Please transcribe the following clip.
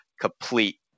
complete